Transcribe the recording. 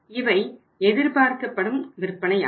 இவை எதிர்பார்க்கப்படும் விற்பனையாகும்